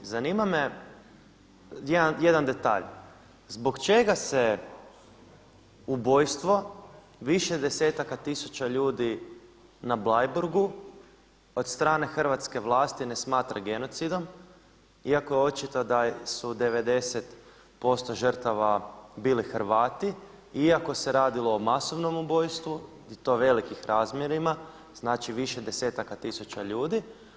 Zanima me jedan detalj, zbog čega se ubojstvo više desetaka tisuća ljudi na Bleiburgu od strane hrvatske vlasti ne smatra genocidom, iako očito da su 90% žrtava bili Hrvati, iako se radilo o masovnom ubojstvu i to velikih razmjerima, znači više desetaka tisuća ljudi.